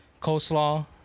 coleslaw